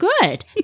Good